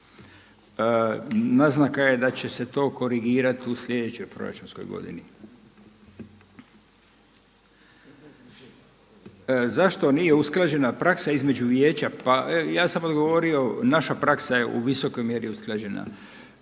Naznaka je da će se to korigirati u slijedećoj proračunskoj godini. Zašto nije usklađena praksa između Vijeća? Pa ja sam odgovorio naša praksa je u visokoj mjeri usklađena.